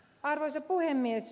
arvoisa puhemies